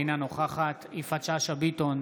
אינה נוכחת יפעת שאשא ביטון,